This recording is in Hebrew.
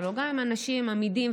לך, אחד שעומד על המילה שלו תמיד.